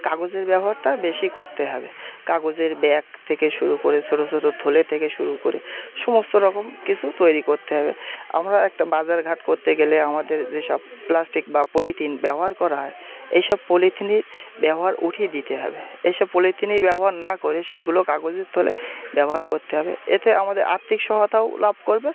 কাগজের ব্যবহারটা বেশি করতে হবে কাগজের ব্যাগ থেকে শুরু করে ছোটো ছোটো থলে থেকে শুরু করে সমস্ত রকম কিছু তৈরি করতে হবে আমরা একটা বাজারঘাট করতে গেলে আমাদের যেসব প্লাস্টিক বা পলিথিন ব্যবহার করা হয় এই সব পলিথিনে ব্যবহার উঠিয়ে দিতে হবে এই সব পলিথিনের ব্যবহার না করে সেগুলো কাগজের থলে ব্যবহার করতে হবে এতে আমাদের আর্থিক সহায়তাও লাভ করবে